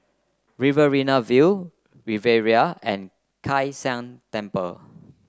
Riverina View Riviera and Kai San Temple